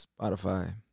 Spotify